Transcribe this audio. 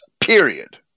period